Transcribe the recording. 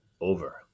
over